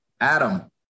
Adam